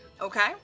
Okay